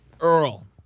Earl